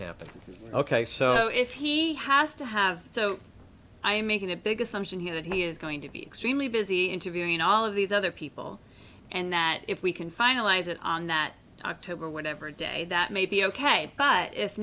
happen ok so if he has to have so i am making a big assumption here that he is going to be extremely busy interviewing all of these other people and that if we can finalize it on that october whatever day that may be ok but if